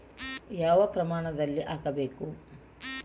ಯಾವ ಪ್ರಮಾಣದಲ್ಲಿ ಹಾಕಬೇಕು?